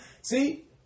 See